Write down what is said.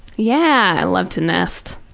yeah. i love to nest.